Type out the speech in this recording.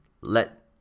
let